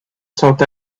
south